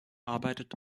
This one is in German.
arbeitet